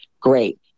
Great